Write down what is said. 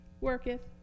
worketh